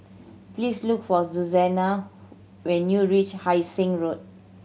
please look for Susannah when you reach Hai Sing Road